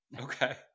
okay